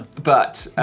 but